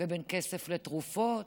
ובין כסף לתרופות.